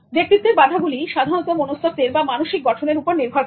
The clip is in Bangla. ব্যক্তিত্বের বাধাগুলি সাধারণত মনস্তত্ত্বের বা ব্যক্তির মানসিক গঠনের উপর নির্ভর করে